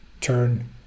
turn